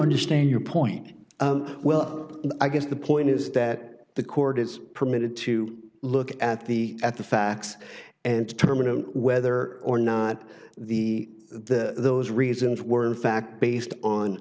understand your point well i guess the point is that the court is permitted to look at the at the facts and to terminate whether or not the the those reasons were fact based on